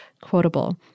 quotable